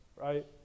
right